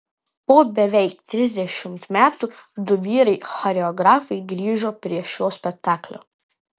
po beveik trisdešimt metų du vyrai choreografai grįžo prie šio spektaklio